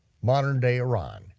modern day iran,